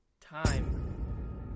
Time